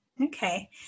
Okay